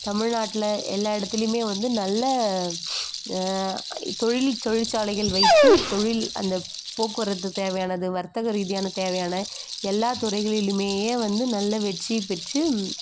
தமிழ்நாட்டில் எல்லா இடத்துலையுமே வந்து நல்ல தொழிலில் தொழிற்சாலைகள் வைத்து தொழில் அந்த போக்குவரத்துக்கு தேவையானது வர்த்தக ரீதியான தேவையான எல்லா துறைகளிலுமேயே வந்து நல்ல வெற்றி பெற்று